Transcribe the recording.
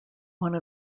one